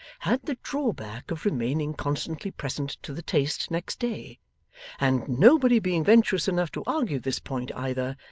had the drawback of remaining constantly present to the taste next day and nobody being venturous enough to argue this point either,